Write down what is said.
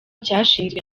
cyashinzwe